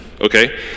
okay